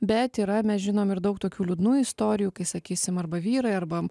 bet yra mes žinom ir daug tokių liūdnų istorijų kai sakysime arba vyrai arba